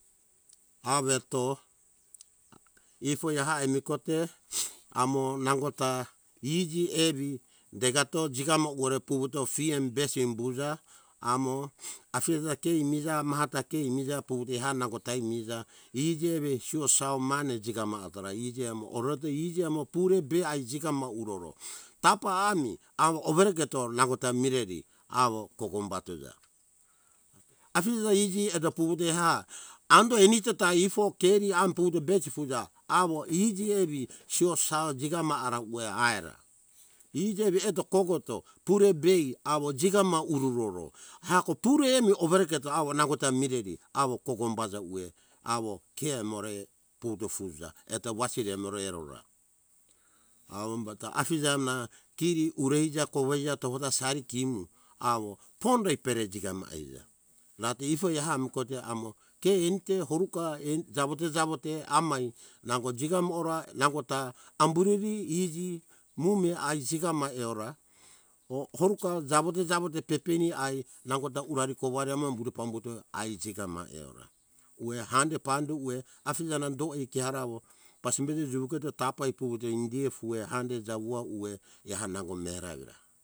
Aveto ifoi ehai emii kote amo nangota iji evi degato jigamo ore puvuto fiem besi umbuza amo afije ta ke imiza mata ke imiza puvuto eha nangota ai miza iji evei sio sau nane jigama atora iji emo orereto iji emo pure be ai jigama uroro tapa ami awo owereketo nangota mireri awo kogombatuza afija iji eto puvuto eha ando eni tapa ifo keri am puvuto besi fuza awo ifiti evi sio sau jigama ara uwe aira iji iveto kogoto pure bei awo jigama ururoro hako pure bei awo jigama ururoro hako pure emi overeketo awo nangota mireri awo kogombaza uwe awo ke emore puto fuza eto wasiri emore erora awo umbato afije na keri ureija koueija toda sari kemu awo pondo ipere jigama eiza rate ifoi ehami kote amo ke ente horuka en jawo te jawo te hamai nango jigam ora nangota amburiri iji mume ai jigama erora oh oruka jawote jawote pepeni ai nangota uari kouari amam buto pambuto ai jigama eora uwe hande pande uwe afije nan doe keara awo pasimbeto juruketo tapa ipuvuto indie fue hande ija wua wue eha nango mera evira